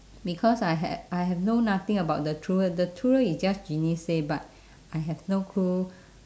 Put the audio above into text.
because I had I have know nothing about the true love the true love is just genie say but I have no clue